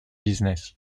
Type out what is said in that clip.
business